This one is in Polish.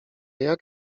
jak